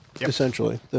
Essentially